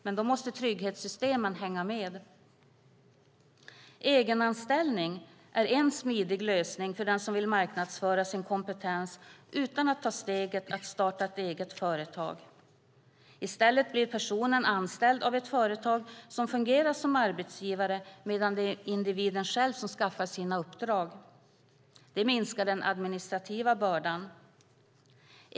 Men då måste trygghetssystemen hänga med. Egenanställning är en smidig lösning för den som vill marknadsföra sin kompetens utan att ta steget att starta ett eget företag. I stället blir personen anställd av ett företag som fungerar som arbetsgivare, medan det är individen själv som skaffar sina uppdrag. Det minskar den administrativa bördan.